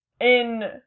in-